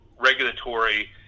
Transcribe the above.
regulatory